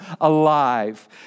alive